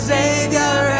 Savior